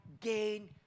gain